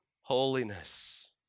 holiness